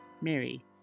Mary